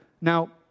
Now